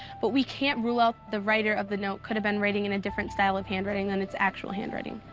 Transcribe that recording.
but we can't rule out the writer of the note could have been writing in a different style of handwriting than its actual handwriting.